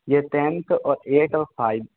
ये टेंथ और एट और फ़ाइव